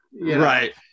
Right